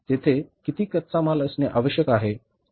तेथे किती कच्चा माल असणे आवश्यक आहे